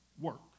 work